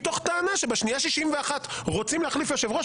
מתוך טענה שבשנייה שיש 61 שרוצים להחליף יושב-ראש,